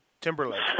Timberlake